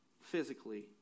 Physically